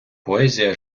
поезія